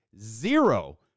zero